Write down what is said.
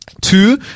Two